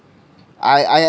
I I